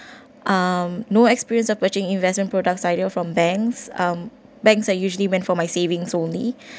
um no experience approaching investment products either from banks um banks are usually went for my savings only